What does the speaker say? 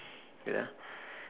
wait ah